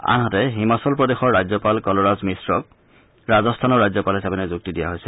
আনহাতে হিমাচল প্ৰদেশৰ ৰাজ্যপাল কলৰাজ মিশ্ৰক ৰাজস্থানৰ ৰাজ্যপাল হিচাপে নিযুক্তি দিয়া হৈছে